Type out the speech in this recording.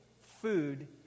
food